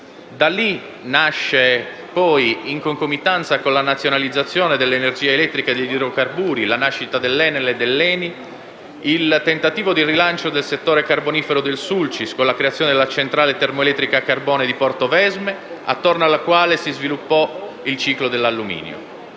Da lì nasce poi, in concomitanza con la nazionalizzazione dell'energia elettrica e degli idrocarburi, con la nascita dell'ENEL e dell'ENI, il tentativo di rilancio del settore carbonifero del Sulcis, con la creazione della centrale termoelettrica a carbone di Portovesme, intorno alla quale si sviluppò il ciclo dell'alluminio.